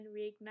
reignite